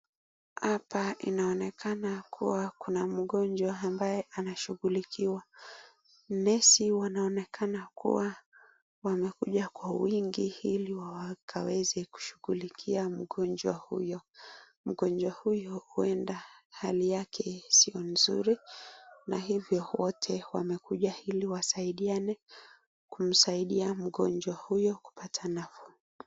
Hapa inaonkeana kuwa kuna mgonjwa ambaye anashughulikiwa. Nesi wanaonekana kuwa wamekuja kwa wingi ili wakaweze kushughulikia mgonjwa huyo. Mgonjwa huyo huenda hali yake sio nzuri na hivyo wote wamekuja ili wasaidiane kumsaidia mgonjwa huyu kupata nafuu.